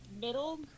middle